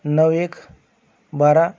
नऊ एक बारा